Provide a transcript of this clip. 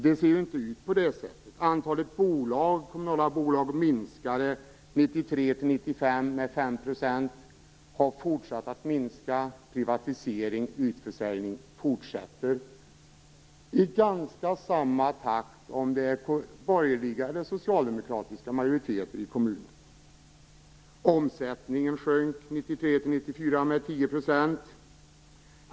Antalet kommunala bolag minskade 1993-1995 med 5 % och har fortsatt att minska, privatisering och utförsäljning fortsätter i ungefär samma takt oavsett om det är borgerliga eller socialdemokratiska majoriteter i kommuner. Omsättningen sjönk 1993-1994 med 10 %.